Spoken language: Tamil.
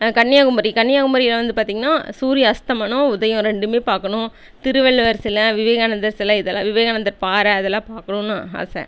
கன்னியாகுமரி கன்னியாகுமரியில் வந்து பார்த்தீங்கன்னா சூரிய அஸ்தமனம் உதயம் ரெண்டுமே பார்க்கணும் திருவள்ளுவர் சிலை விவேகானந்தர் சிலை இதெல்லாம் விவேகானந்தர் பாறை அதெல்லாம் பார்க்கணுன்னு ஆசை